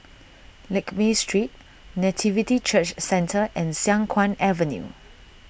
Lakme Street Nativity Church Centre and Siang Kuang Avenue